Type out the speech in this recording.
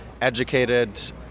educated